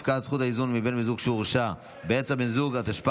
הפקעת זכות האיזון מבן זוג שהורשע ברצח בן הזוג השני),